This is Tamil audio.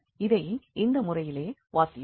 இதை இந்த முறையிலே வாசியுங்கள்